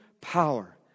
power